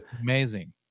Amazing